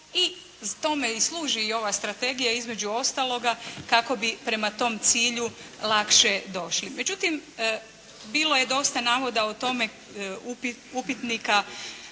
i tome i služi ova strategija između ostaloga kako bi prema tom cilju lakše došli. Međutim, bilo je dosta navoda o tome, upitnika